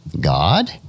God